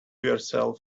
yourself